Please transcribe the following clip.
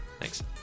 thanks